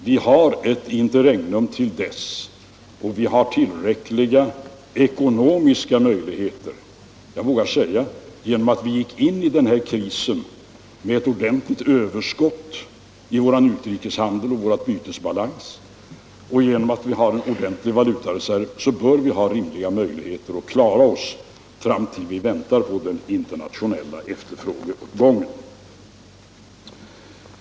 Vi har ett interregnum till dess och jag vågar säga att vi genom att vi gick in i den här krisen med ett ordentligt överskott i vår utrikeshandel och i vår bytesbalans och genom att vi har en ordentlig valutareserv bör ha förutsättningar att klara oss i väntan på den internationella efterfrågeuppgången.